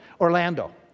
Orlando